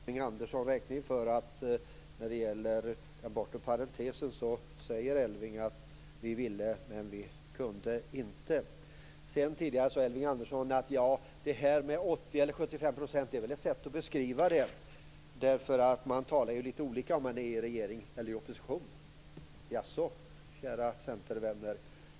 Fru talman! Jag vill inte hålla Elving Andersson räkning för att Elving Andersson när det gäller den bortre parentesen säger: Vi ville, men vi kunde inte. Tidigare sade Elving Andersson att 80 % eller 75 % var olika sätt att beskriva denna fråga eftersom man talar litet olika om man är i regering eller opposition. Jaså, kära Centervänner.